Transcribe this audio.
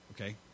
Okay